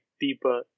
deeper